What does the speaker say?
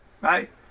right